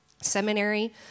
seminary